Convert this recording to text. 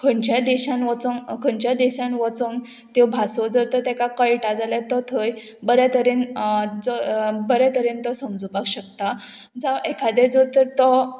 खंयच्या देशान वचोंक खंयच्या देशान वचोंक त्यो भासो जर तर तेका कळटा जाल्यार तो थंय बऱ्या तरेन जो बरे तरेन तो समजुपाक शकता जावं एकादें जर तर तो